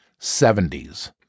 70s